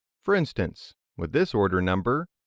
for instance with this order number,